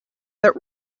that